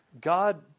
God